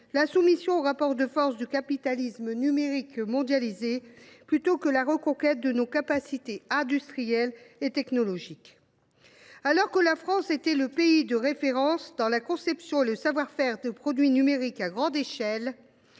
la soumission aux rapports de force du capitalisme numérique mondialisé plutôt que la reconquête de nos capacités industrielles et technologiques. Alors que la France était le pays de référence en matière de savoir faire et de conception de produits numériques à grande échelle,